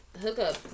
hookup